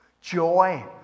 Joy